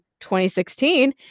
2016